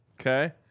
Okay